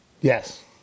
Yes